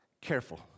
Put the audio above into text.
Careful